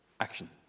action